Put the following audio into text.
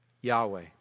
Yahweh